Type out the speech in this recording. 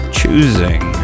choosing